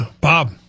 Bob